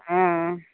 অ